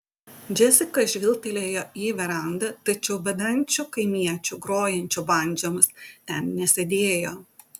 džesika žvilgtelėjo į verandą tačiau bedančių kaimiečių grojančių bandžomis ten nesėdėjo